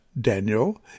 Daniel